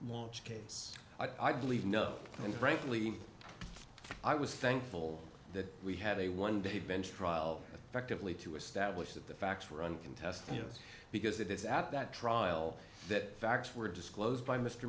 launch case i believe no one frankly i was thankful that we had a one day bench trial affectively to establish that the facts were uncontested you know because it is at that trial that facts were disclosed by mr